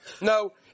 No